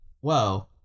whoa